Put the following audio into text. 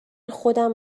خودم